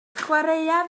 chwaraea